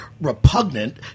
repugnant